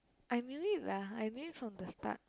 I knew it lah I knew it from the start